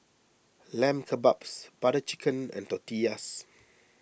Lamb Kebabs Butter Chicken and Tortillas